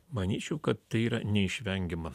manyčiau kad tai yra neišvengiama